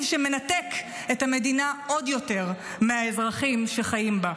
שמנתק את המדינה עוד יותר מהאזרחים שחיים בה.